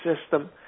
system